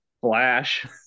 flash